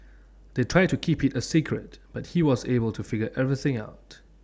they tried to keep IT A secret but he was able to figure everything out